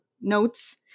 notes